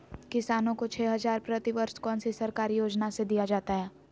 किसानों को छे हज़ार प्रति वर्ष कौन सी सरकारी योजना से दिया जाता है?